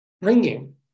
bringing